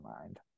mind